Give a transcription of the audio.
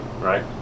right